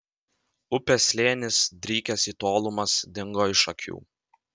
upės slėnis drykęs į tolumas dingo iš akių